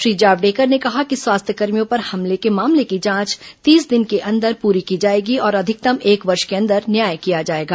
श्री जावड़ेकर ने कहा कि स्वास्थ्यकर्मियों पर हमले के मामले की जांच तीस दिन के अंदर पूरी की जाएगी और अधिकतम एक वर्ष के अंदर न्याय किया जाएगा